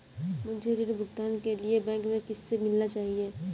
मुझे ऋण भुगतान के लिए बैंक में किससे मिलना चाहिए?